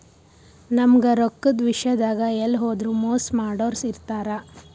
ನಮ್ಗ್ ರೊಕ್ಕದ್ ವಿಷ್ಯಾದಾಗ್ ಎಲ್ಲ್ ಹೋದ್ರು ಮೋಸ್ ಮಾಡೋರ್ ಇರ್ತಾರ